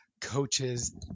coaches